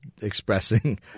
expressing